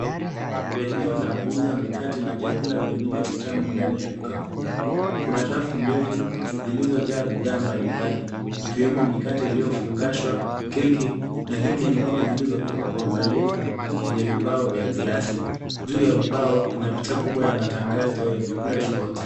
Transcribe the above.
Eneo la kuuza mikate na vyakula vingine vitamu ndani ya duka kubwa. Kuna rafu ndefu ziliyojaa bidhaa mbali mbali ikiwemo mikate iliyo fungashwa, keki na keki nyingine zilizopangwa kwa uangalifu kwenye vibao za glasi. Juu ya vibao kuna picha kubwa ya matangazo ya vyakula tofauti.